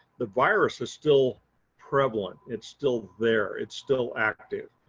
the virus is still prevalent. it's still there. it's still active.